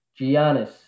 Giannis